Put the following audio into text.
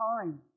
time